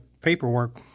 paperwork